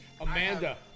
Amanda